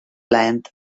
plaent